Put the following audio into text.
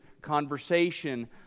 conversation